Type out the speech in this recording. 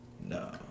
no